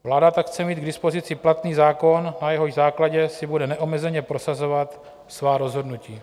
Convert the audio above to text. Vláda tak chce mít k dispozici platný zákon, na jehož základě si bude neomezeně prosazovat svá rozhodnutí.